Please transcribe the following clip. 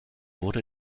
wurde